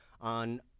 on